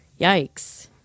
yikes